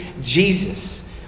Jesus